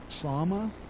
trauma